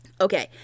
Okay